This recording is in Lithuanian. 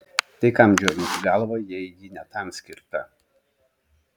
tai kam džiovinti galvą jei ji ne tam skirta